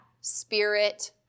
spirit